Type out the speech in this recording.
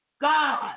God